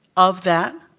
of that,